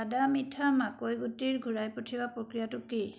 তাদা মিঠা মাকৈ গুটিৰ ঘূৰাই পঠিওৱাৰ প্ৰক্ৰিয়াটো কি